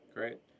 Great